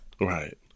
Right